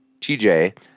TJ